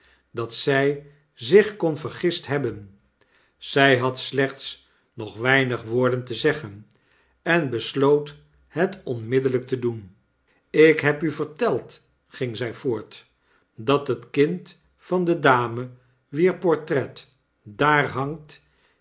dat zij zich kon vergist hebben zij had slechts nog weinig woorden te zeggen en besloot het onmiddellijk te doen ik heb u verteld ging zij voort dathet kind van de dame wier portret daar hangt